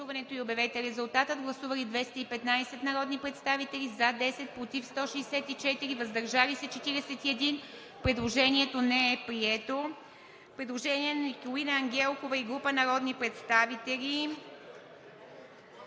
Предложението не е прието.